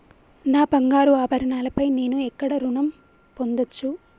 నా బంగారు ఆభరణాలపై నేను ఎక్కడ రుణం పొందచ్చు?